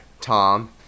Tom